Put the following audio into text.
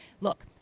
look